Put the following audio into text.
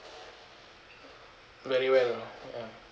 very well ya